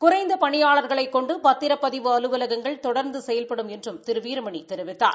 குறைந்த பணியாளர்களைக் கொண்டு பத்திரப்பதிவு அலுவலகங்கள் தொடர்ந்து செயல்படும் என்றும் திரு வீரமணி தெரிவித்தார்